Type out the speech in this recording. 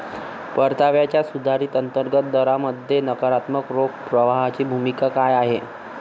परताव्याच्या सुधारित अंतर्गत दरामध्ये नकारात्मक रोख प्रवाहाची भूमिका काय आहे?